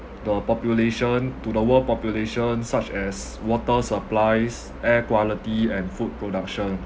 the population to the world population such as water supplies air quality and food production